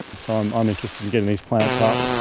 so i'm i'm interested in getting these plants up,